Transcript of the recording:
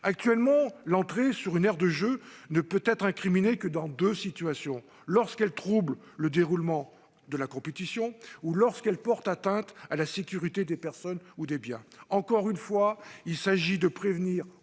Actuellement, l'entrée sur l'aire de jeu d'un stade ne peut être incriminée que dans deux situations : lorsqu'elle trouble le déroulement de la compétition ou lorsqu'elle porte atteinte à la sécurité des personnes ou des biens. Encore une fois, il s'agit de prévenir, autant